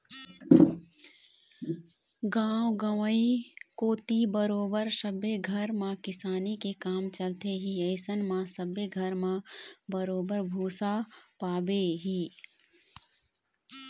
गाँव गंवई कोती बरोबर सब्बे घर म किसानी के काम चलथे ही अइसन म सब्बे घर म बरोबर भुसा पाबे ही